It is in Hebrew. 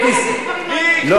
אתה לא יכול להביא דברים,